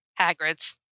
Hagrids